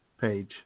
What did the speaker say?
page